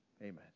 Amen